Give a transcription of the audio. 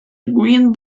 green